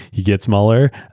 he gets mueller,